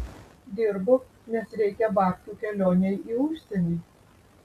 dirbu nes reikia babkių kelionei į užsienį